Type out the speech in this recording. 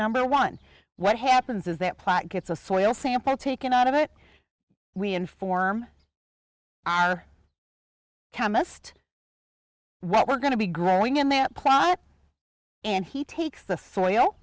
number one what happens is that plot gets a soil sample taken out of it we inform chemist what we're going to be growing in that plant and he takes the soil